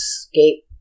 escape